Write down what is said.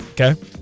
Okay